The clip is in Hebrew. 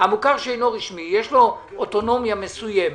המוכר שאינו רשמי יש לו אוטונומיה מסוימת,